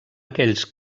aquells